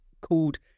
Called